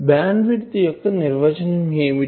band width యొక్క నిర్వచనం ఏమిటి